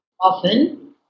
often